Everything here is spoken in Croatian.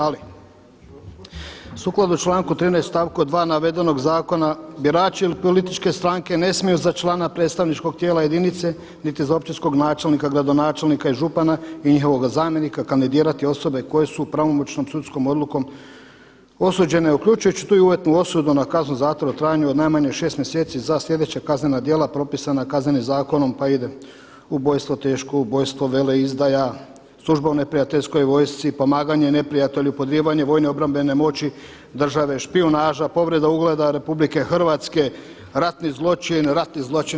Ali sukladno članku 13. stavku 2. navedenog zakona birači ili političke stranke ne smiju za člana predstavničkog tijela jedinice, niti za općinskog načelnika, gradonačelnika i župana i njihovoga zamjenika kandidirati osobe koje su pravomoćnom sudskom odlukom osuđene uključujući tu i uvjetnu osudu na kaznu zatvora u trajanju od najmanje 6 mjeseci za sljedeća kaznena djela propisana Kaznenim zakonom pa ide ubojstvo, teško ubojstvo, veleizdaja, služba u neprijateljskoj vojsci, pomaganje neprijatelju, podrivanje vojne obrambene moći države, špijunaža, povreda ugleda Republike Hrvatske, ratni zločin.